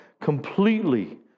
completely